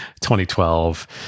2012